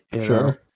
sure